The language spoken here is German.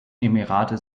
emirate